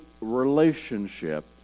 relationship